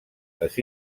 les